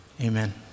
Amen